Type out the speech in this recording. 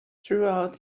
throughout